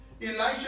Elijah